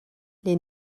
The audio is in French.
les